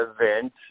event